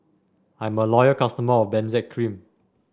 I'm a loyal customer of Benzac Cream